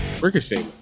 Ricochet